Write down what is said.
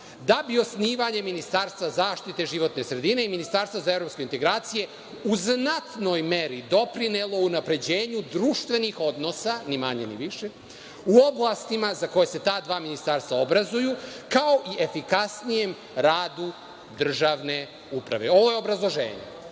da bi osnivanje ministarstva zaštite životne sredine i ministarstva za evropske integracije u znatnoj meri doprinelo unapređenju društvenih odnosa, ni manje ni više, u oblastima za koje se ta dva ministarstva obrazuju, kao i efikasnijem radu državne uprave. Ovo je obrazloženje. Onda